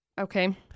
Okay